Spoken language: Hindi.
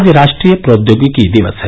आज राष्ट्रीय प्रौद्योगिकी दिवस है